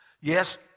yes